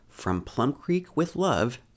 fromplumcreekwithlove